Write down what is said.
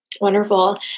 wonderful